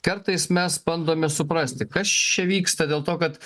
kartais mes bandome suprasti kas čia vyksta dėl to kad